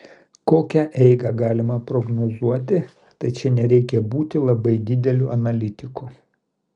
kokią eigą galima prognozuoti tai čia nereikia būti labai dideliu analitiku